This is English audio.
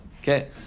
Okay